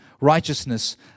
righteousness